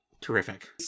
Terrific